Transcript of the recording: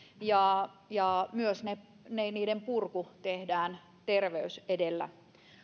ja ja myös niiden purku tehdään terveys edellä